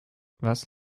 was